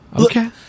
Okay